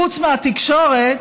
חוץ מהתקשורת,